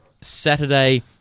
Saturday